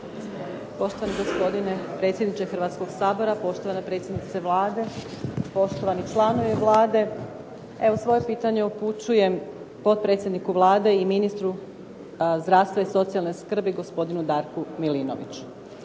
Poštovani gospodine predsjedniče Hrvatskoga sabora, poštovana predsjednice Vlade, poštovani članovi Vlade. Svoje pitanje upućujem potpredsjedniku Vlade i ministru zdravstva i socijalne skrbi gospodinu Darku Milinoviću.